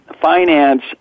finance